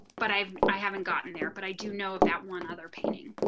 but i've, i haven't gotten there, but i do know that one other painting.